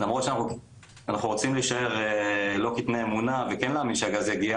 אנחנו רוצים להישאר לא קטני אמונה ורוצים כן להאמין שהגז יגיע